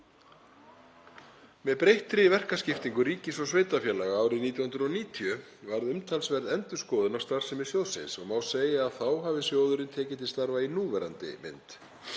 Með breyttri verkaskiptingu ríkis og sveitarfélaga árið 1990 varð umtalsverð endurskoðun á starfsemi sjóðsins og má segja að þá hafi sjóðurinn tekið til starfa í núverandi mynd.